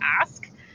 ask